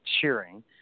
cheering